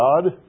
God